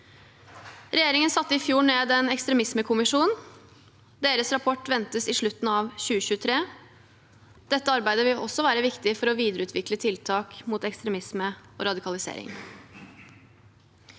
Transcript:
Regjeringen satte i fjor ned en ekstremismekommisjon, og deres rapport ventes i slutten av 2023. Dette arbeidet vil også være viktig for å videreutvikle tiltak mot ekstremisme og radikalisering.